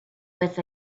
with